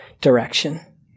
direction